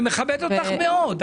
אני מכבד אותך מאוד,